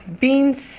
beans